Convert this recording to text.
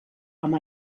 amb